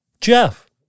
Jeff